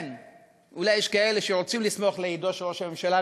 אולי יש כאלה שרוצים לשמוח לאידו של ראש הממשלה,